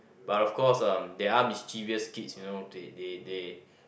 but of course uh there are mischievous kid you know they they they